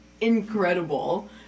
incredible